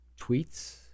tweets